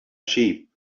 sheep